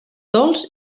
dolç